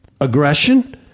aggression